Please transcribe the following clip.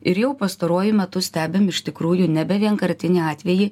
ir jau pastaruoju metu stebim iš tikrųjų nebe vienkartinį atvejį